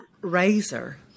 Razor